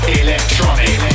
electronic